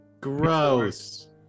Gross